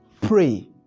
pray